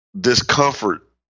discomfort